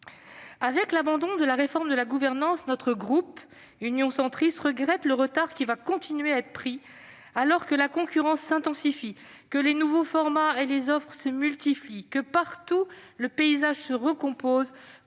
Avec l'abandon de la réforme de la gouvernance, le groupe Union Centriste regrette le retard qui va continuer à être pris alors que la concurrence s'intensifie, que les nouveaux formats et offres se multiplient, que partout le paysage se recompose